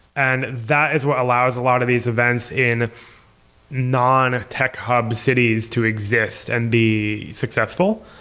and that is what allows a lot of these events in non-tech hub cities to exist and be successful,